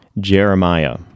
Jeremiah